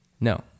No